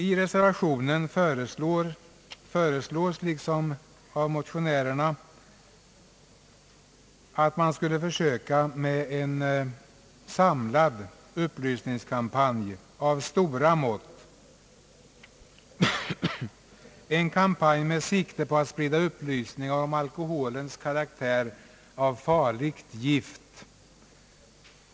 I reservation 1 föreslås liksom i motionen att man skall försöka med en samlad upplysningskampanj av stora mått, en kampanj med sikte på att sprida upplysning om alkoholens karaktär av farligt gift.